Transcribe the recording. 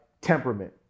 temperament